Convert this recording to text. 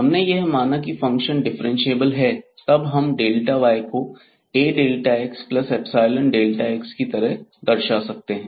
हमने यह माना की फंक्शन डिफरेंशिएबल है तब हम y को Axϵx की तरह दर्शा सकते हैं